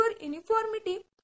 uniformity